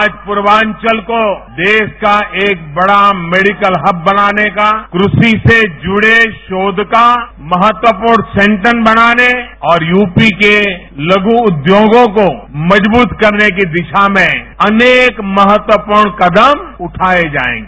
आज प्र्वाचल को देश का एक बड़ा मेडिकल हब बनाने का कृषि से जुड़े शोध का महत्वप्रर्ण सेंटर बनाने और यू पी के लघु उद्योगों को मजबूत करने की दिशा में अनेक महत्वपूर्ण कदम उठाये जाएंगे